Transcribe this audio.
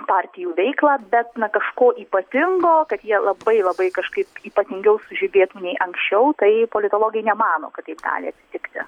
partijų veiklą bet na kažko ypatingo kad jie labai labai kažkaip ypatingiau sužibėtų nei anksčiau tai politologai nemano kad taip gali atsitikti